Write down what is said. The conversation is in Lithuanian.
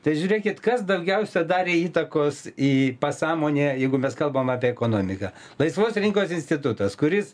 tai žiūrėkit kas daugiausia darė įtakos į pasąmonę jeigu mes kalbam apie ekonomiką laisvos rinkos institutas kuris